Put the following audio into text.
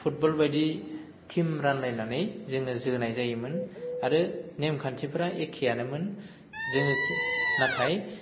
football बायदि team रानलायनानै जोङो जोनाय जायोमोन आरो नेम खान्थिफोरा एखेयानोमोन जोङो नाथाय